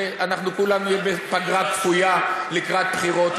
שכולנו נהיה בפגרה כפויה לקראת בחירות,